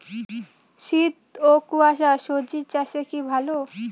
শীত ও কুয়াশা স্বজি চাষে কি ভালো?